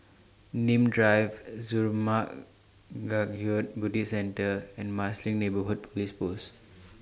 Nim Drive Zurmang Kagyud Buddhist Centre and Marsiling Neighbourhood Police Post